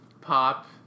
pop